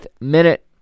minute